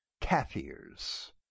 Kaffirs